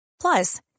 Plus